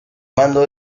mando